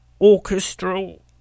orchestral